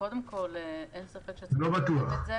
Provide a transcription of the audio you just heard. לא בטוח.